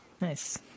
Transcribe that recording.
nice